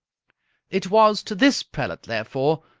it was to this prelate, therefore,